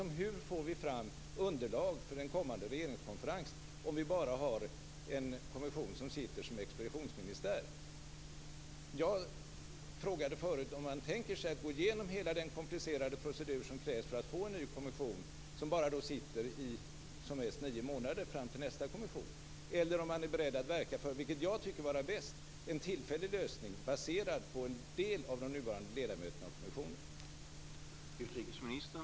Och hur får vi fram underlag för den kommande regeringskonferensen om vi bara har en kommission som sitter som expeditionsministär? Jag frågade förut om man tänker sig att gå igenom hela den komplicerade procedur som krävs för att få en ny kommission, som då bara sitter i som mest nio månader, fram till nästa kommission, eller om man är beredd att verka för, vilket jag tycker vore bäst, en tillfällig lösning baserad på en del av de nuvarande ledamöterna av kommissionen.